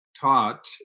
taught